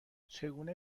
چگونه